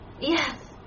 Yes